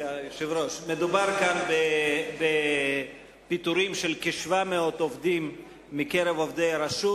מדובר כאן בפיטורים של כ-700 עובדים מקרב עובדי הרשות.